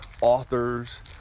authors